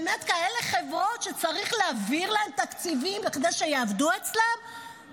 באמת כאלה חברות שצריך להעביר להן תקציבים כדי שיעבדו אצלן?